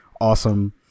awesome